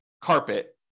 carpet